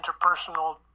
interpersonal